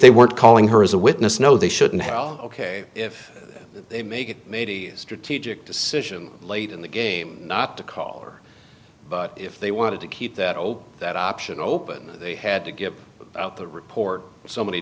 they weren't calling her as a witness no they shouldn't hell ok if they make it made a strategic decision late in the game not to call her but if they wanted to keep that old that option open they had to give out the report so many